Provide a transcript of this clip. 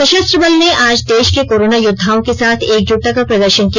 सशस्त्र बल ने आज देश के कोरोना योद्वाओं के साथ एकजुटता का प्रदर्शन किया